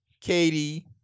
Katie